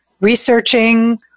researching